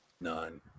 None